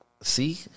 See